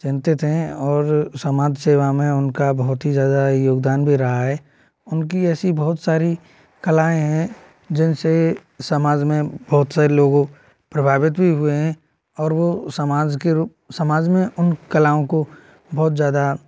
चिंतित हैं और समाज सेवा में उनका बहुत ही ज्यादा योगदान भी रहा है उनकी ऐसी बहुत सारी कलाएं हैं जिनसे समाज में बहुत सारे लोग प्रभावित भी हुए हैं और वो समाज के रू समाज में उन कलाओं को बहुत ज्यादा